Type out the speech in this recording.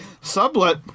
Sublet